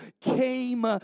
came